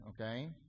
okay